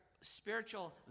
spiritual